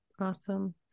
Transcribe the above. Awesome